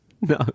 No